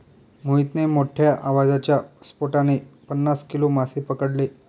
मोहितने मोठ्ठ्या आवाजाच्या स्फोटाने पन्नास किलो मासे पकडले